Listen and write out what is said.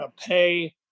pay